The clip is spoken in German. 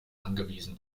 angewiesen